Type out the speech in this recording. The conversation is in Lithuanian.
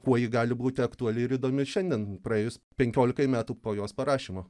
kuo ji gali būti aktuali ir įdomi šiandien praėjus penkiolikai metų po jos parašymo